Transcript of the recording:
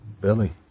Billy